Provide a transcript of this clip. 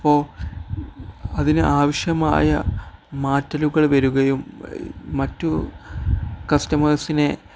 അപ്പോള് അതിന് ആവശ്യമായ മാറ്റലുകൾ വരികയും മറ്റു കസ്റ്റമേഴ്സിനെ